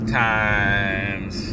times